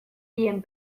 dien